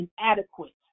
inadequate